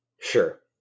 Sure